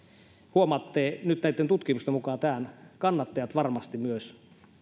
nyt näitten tutkimusten mukaan kannattajat varmasti myös